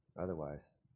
Otherwise